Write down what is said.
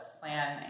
plan